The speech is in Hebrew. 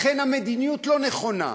לכן, המדיניות לא נכונה.